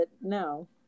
no